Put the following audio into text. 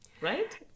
right